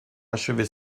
achever